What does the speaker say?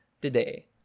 today